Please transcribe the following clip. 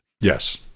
Yes